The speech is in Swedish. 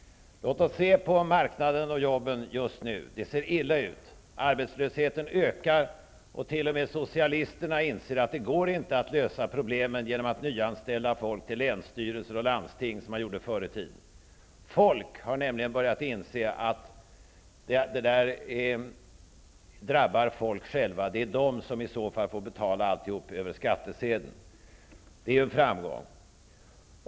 Låt oss se på marknaden och jobben just nu. Det ser illa ut. Arbetslösheten ökar. T.o.m. socialisterna inser att det inte går att lösa problemen genom att nyanställa folk till länsstyrelser och landsting, som man gjorde förr i tiden. Folk har nämligen börjat inse att det drabbar dem själva, det är i så fall de själva som får betala alltihopa över skattsedeln. Det är ju en framgång.